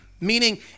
Meaning